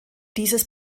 dieses